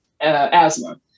asthma